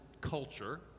culture